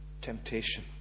temptation